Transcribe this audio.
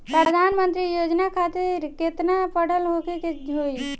प्रधानमंत्री योजना खातिर केतना पढ़ल होखे के होई?